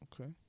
Okay